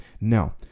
Now